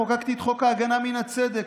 חוקקתי את חוק ההגנה מן הצדק,